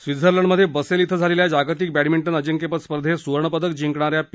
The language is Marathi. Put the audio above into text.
स्वित्झंलंडमधे बसेल इथं झालेल्या जागतिक बॅडमिंटन अजिंक्यपद स्पर्धेत सुवर्णपदक जिंकणा या पी